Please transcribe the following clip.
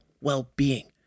well-being